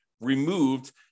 removed